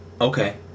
okay